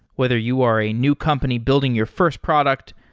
whether you are a new company building your first product,